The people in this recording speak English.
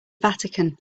vatican